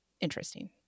interesting